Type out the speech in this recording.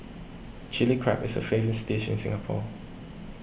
Chilli Crab is a famous dish in Singapore